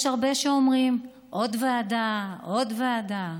יש הרבה שאומרים: עוד ועדה, עוד ועדה.